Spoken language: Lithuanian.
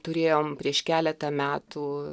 turėjom prieš keletą metų